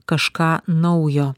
kažką naujo